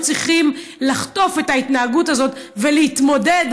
היו צריכים לחטוף את ההתנהגות הזאת ולהתמודד